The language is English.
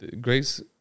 Grace